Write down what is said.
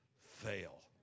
fail